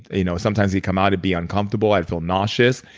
you know sometimes he come out to be uncomfortable. i feel nauseous.